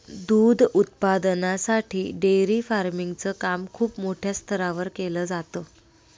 दूध उत्पादनासाठी dairy farming च काम खूप मोठ्या स्तरावर केल जात